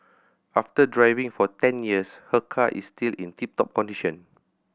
after driving for ten years her car is still in tip top condition